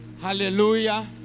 hallelujah